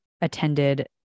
attended